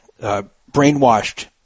brainwashed